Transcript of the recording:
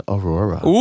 Aurora